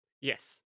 Yes